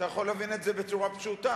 אתה יכול להבין את זה בצורה פשוטה,